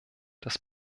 das